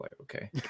okay